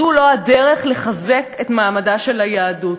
זו לא הדרך לחזק את מעמדה של היהדות.